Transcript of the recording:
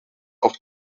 auf